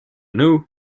nõu